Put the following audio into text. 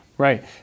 Right